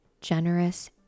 generous